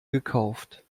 gekauft